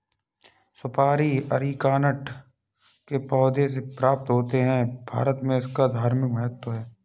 सुपारी अरीकानट के पौधों से प्राप्त होते हैं भारत में इसका धार्मिक महत्व है